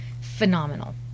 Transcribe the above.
Phenomenal